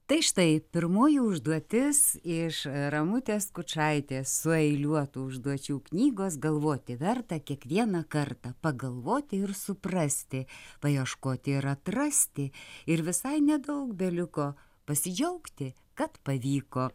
tai štai pirmoji užduotis iš ramutės skučaitės sueiliuotų užduočių knygos galvoti verta kiekvieną kartą pagalvoti ir suprasti paieškoti ir atrasti ir visai nedaug beliko pasidžiaugti kad pavyko